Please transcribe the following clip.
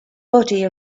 body